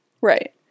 Right